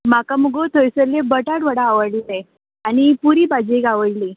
म्हाका मुगो थंयसल्ली बटाट वडा आवडटा आनी पुरी भाजी एक आवडटा